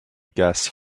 gas